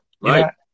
Right